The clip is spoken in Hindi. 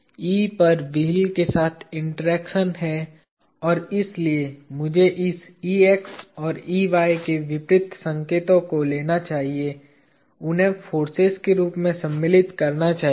E पर व्हील के साथ इंटरेक्शन है और इसलिए मुझे इस Ex और Ey के विपरीत संकेतों को लेना चाहिए और उन्हें फोर्सेज के रूप में सम्मिलित करना चाहिए